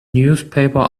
newspaper